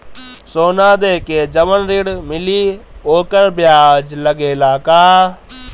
सोना देके जवन ऋण मिली वोकर ब्याज लगेला का?